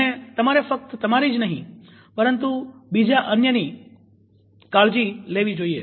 અને તમારે ફક્ત તમારી જ નહી પરંતુ બીજા અન્યની પણ કાળજી લેવાની છે